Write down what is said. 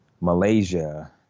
Malaysia